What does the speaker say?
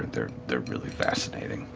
they're they're really fascinating.